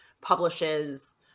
publishes